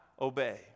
obey